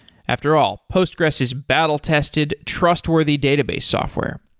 after all, postgres is battle tested, trustworthy database software,